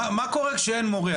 מה קורה כשאין מורה?